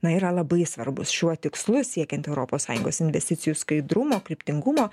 na yra labai svarbus šiuo tikslu siekiant europos sąjungos investicijų skaidrumo kryptingumo